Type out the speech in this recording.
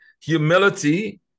Humility